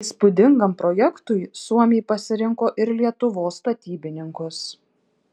įspūdingam projektui suomiai pasirinko ir lietuvos statybininkus